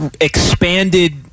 expanded